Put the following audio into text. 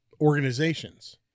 organizations